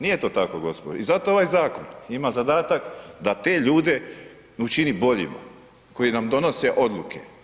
Nije to tako gospodo i zato ovaj zakon ima zadatak da te ljude učini boljima koji nam donose odluke.